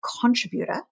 contributor